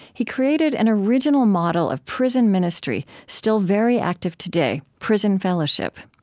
he created an original model of prison ministry still very active today, prison fellowship.